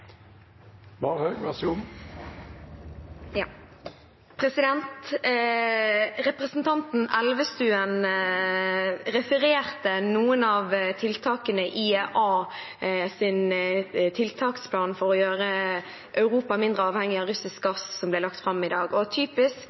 Representanten Elvestuen refererte til noen av tiltakene i IEA sin tiltaksplan for å gjøre Europa mindre avhengig av russisk gass, som ble lagt fram i dag. Typisk